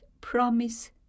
promise